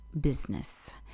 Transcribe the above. business